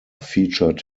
featured